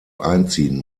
einziehen